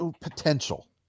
potential